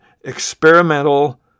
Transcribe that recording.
experimental